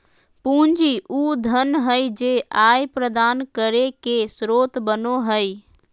पूंजी उ धन हइ जे आय प्रदान करे के स्रोत बनो हइ